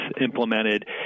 implemented